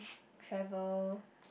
travel